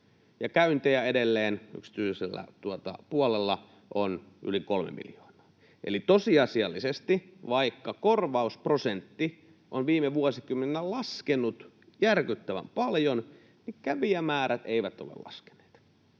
käyntejä edelleen yksityisellä puolella on yli kolme miljoonaa. Eli vaikka tosiasiallisesti korvausprosentti on viime vuosikymmeninä laskenut järkyttävän paljon, kävijämäärät eivät ole laskeneet.